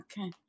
okay